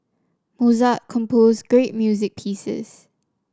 Mozart composed great music pieces